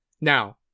Now